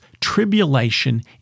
tribulation